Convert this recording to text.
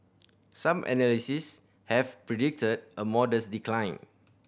some analysts had predicted a modest decline